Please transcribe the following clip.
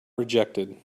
rejected